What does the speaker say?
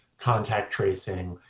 contact tracing,